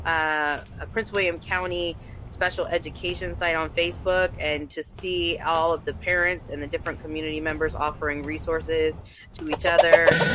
ah, prince william county special education site on facebook, and to see all of the parents and the different community members offering resources to each other,